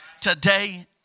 today